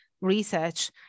research